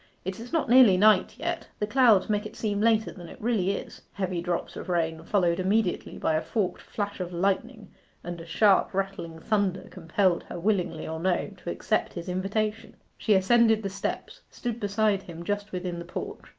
it is not nearly night yet. the clouds make it seem later than it really is heavy drops of rain, followed immediately by a forked flash of lightning and sharp rattling thunder compelled her, willingly or no, to accept his invitation. she ascended the steps, stood beside him just within the porch,